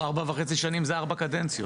בוא, 4.5 שנים זה 4 קדנציות.